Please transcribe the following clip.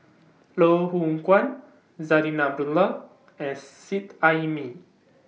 Loh Hoong Kwan Zarinah Abdullah and Seet Ai Mee